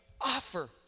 offer